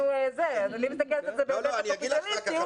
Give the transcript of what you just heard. אני מסתכלת על זה בהיבט הקפיטליסטי,